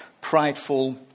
prideful